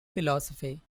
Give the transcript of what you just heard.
philosophy